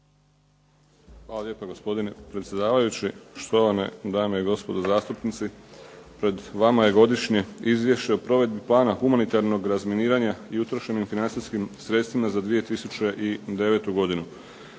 Hvala lijepa, gospodine predsjedavajući. Štovane dame i gospodo zastupnici. Pred vama je Godišnje izvješće o provedbi plana humanitarnog razminiranja i utrošenim financijskim sredstvima za 2009. godinu.